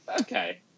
Okay